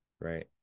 right